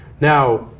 now